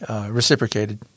reciprocated